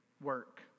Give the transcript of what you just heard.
Work